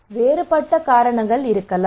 வேறுபட்ட காரணங்கள் இருக்கலாம்